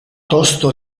tosto